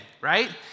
right